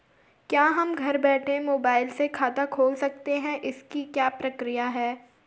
क्या हम घर बैठे मोबाइल से खाता खोल सकते हैं इसकी क्या प्रक्रिया है?